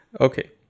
okay